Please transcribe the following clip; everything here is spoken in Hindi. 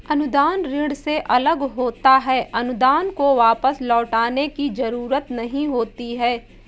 अनुदान ऋण से अलग होता है अनुदान को वापस लौटने की जरुरत नहीं होती है